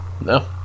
No